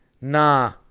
Nah